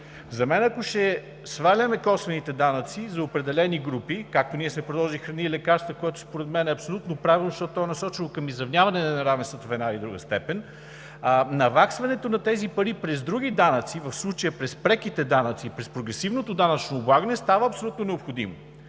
За мен, ако ще сваляме косвените данъци за определени групи, както ние сме предложили – за храни и лекарства, което според мен е абсолютно правилно, защото то е насочено към изравняване на неравенствата в една или друга степен, наваксването на тези пари през други данъци – в случая през преките данъци и през прогресивното данъчно облагане, става абсолютно необходимо.